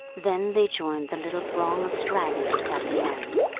then they joined the little throng of stragglers at the end.